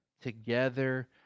together